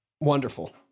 wonderful